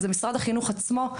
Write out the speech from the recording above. הוא משרד החינוך עצמו.